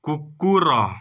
କୁକୁର